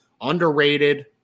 underrated